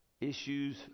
issues